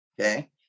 Okay